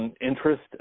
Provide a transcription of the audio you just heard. interest